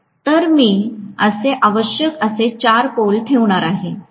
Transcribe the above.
तर मी असे आवश्यक असे 4 पोल ठेवणार आहे